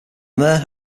there